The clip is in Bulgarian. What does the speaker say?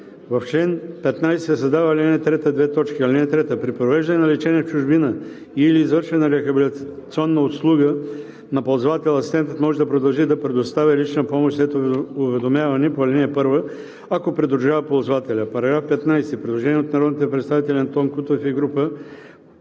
В чл. 15 се създава ал. 3: „(3) При провеждане на лечение в чужбина и/или извършване на рехабилитационна услуга на ползвател, асистентът може да продължи да предоставя лична помощ след уведомяване по ал. 1, ако придружава ползвателя.“ По § 15 има предложение от народния представител Антон Кутев и група